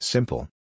Simple